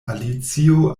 alicio